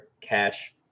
cash